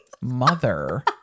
Mother